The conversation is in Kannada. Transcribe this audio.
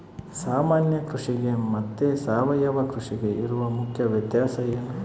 ಸಾಮಾನ್ಯ ಕೃಷಿಗೆ ಮತ್ತೆ ಸಾವಯವ ಕೃಷಿಗೆ ಇರುವ ಮುಖ್ಯ ವ್ಯತ್ಯಾಸ ಏನು?